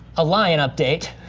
a line update,